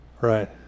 Right